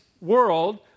world